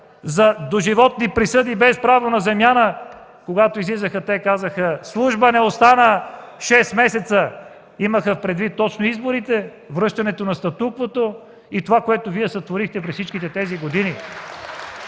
за доживотни присъди без право на замяна, когато излизаха, те казаха: „Служба не остана – шест месеца!” Имаха предвид точно изборите, връщането на статуквото и това, което Вие сътворихте през всичките тези години.